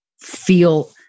feel